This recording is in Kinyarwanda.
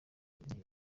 bintera